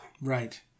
Right